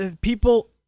people